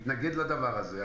התנגד לדבר הזה.